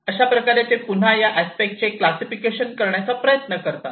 अशाप्रकारे ते पुन्हा या अस्पेक्ट चे क्लासिफिकेशन करण्याचा प्रयत्न करतात